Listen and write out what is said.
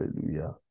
Hallelujah